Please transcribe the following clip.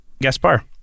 gaspar